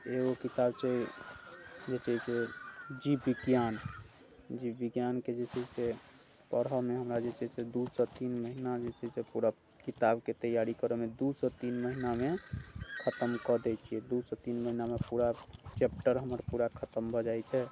एगो किताब छै जे छै से जीव विज्ञान जीव विज्ञानके जे छै से पढ़ऽमे हमरा जे छै से दूसँ तीन महिना जे छै से पूरा किताबके तैयारी करऽमे दूसँ तीन महिनामे खतम कऽ दै छियै दूसँ तीन महिनामे पूरा चैप्टर हमर पूरा खतम भऽ जाइ छै